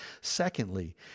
Secondly